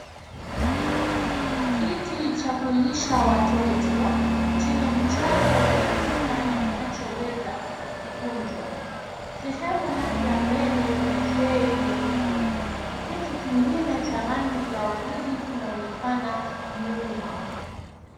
Kiti cha kulisha watoto chenye mchoro wa matunda na kinachoweza kukunjwa, sehemu yake ya mbele ni trei nyeupe. Kiti kingine cha rangi ya waridi kinaonekana nyuma.